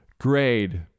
Grade